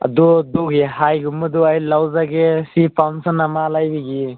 ꯑꯗꯣ ꯑꯗꯨꯒꯤ ꯍꯥꯏꯒꯨꯝꯕꯗꯣ ꯑꯩ ꯂꯧꯖꯒꯦ ꯁꯤ ꯄꯥꯝꯕꯅ ꯃꯥ ꯂꯩꯕꯒꯤ